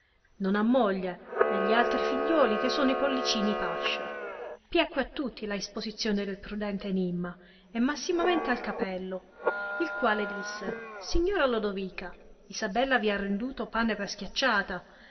non ha moglie e gli altrui figliuoli che sono i pollicini pasce piacque a tutti la isposizione del prudente enimma e massimamente al capello il quale disse signora lodovica isabella vi ha renduto pane per schiacciata